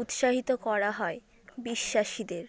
উৎসাহিত করা হয় বিশ্বাসীদের